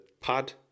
pad